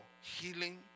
healing